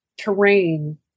terrain